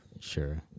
Sure